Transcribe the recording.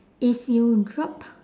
if you dropped